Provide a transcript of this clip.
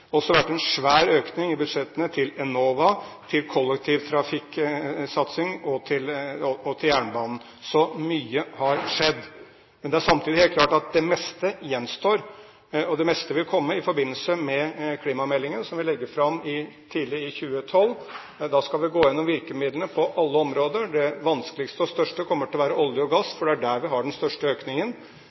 svær økning i budsjettene til Enova, til kollektivtrafikksatsing og til jernbanen. Så mye har skjedd. Det er samtidig klart at det meste gjenstår. Det meste vil komme i forbindelse med klimameldingen som vi legger fram tidlig i 2012. Da skal vi gå gjennom virkemidlene på alle områder. Det vanskeligste og største kommer til å gjelde olje og gass, for det er der vi har den største økningen.